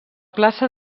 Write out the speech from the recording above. plaça